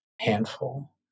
handful